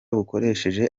bukoresheje